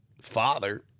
father